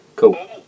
Cool